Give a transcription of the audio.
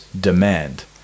demand